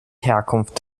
herkunft